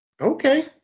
Okay